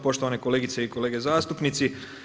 Poštovane kolegice i kolege zastupnici.